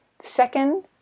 Second